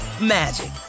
magic